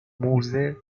موزه